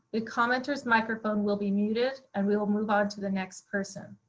the commenter's microphone will be muted, and we will move on to the next person.